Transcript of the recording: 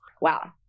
wow